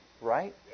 Right